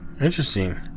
Interesting